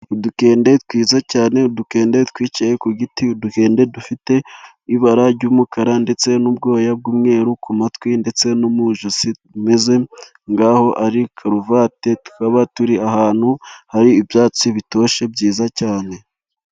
Udukende twiza cyane, udukende twicaye ku giti, udukende dufite ibara ry'umukara ndetse n'ubwoya bw'umweru ku matwi ndetse no mu ijosi, tumeze nk'aho ari karuvati, tukaba turi ahantu hari ibyatsi bitoshye byiza cyane.